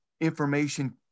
information